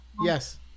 yes